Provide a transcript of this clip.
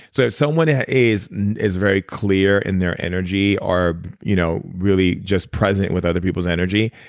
so someone is is very clear in their energy or you know really just present with other people's energy,